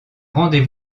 rendez